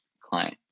client